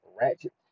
ratchet